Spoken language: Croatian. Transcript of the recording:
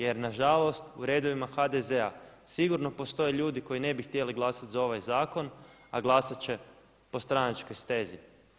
Jer nažalost u redovima HDZ-a sigurno postoje ljudi koji ne bi htjeli glasati za ovaj zakon a glasat će po stranačkoj stezi.